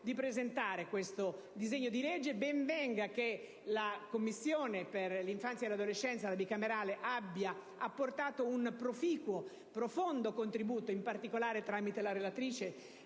di presentare questo disegno di legge; ben venga che la Commissione bicamerale per l'infanzia e l'adolescenza abbia apportato un proficuo, profondo contributo in particolare tramite la relatrice,